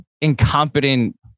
incompetent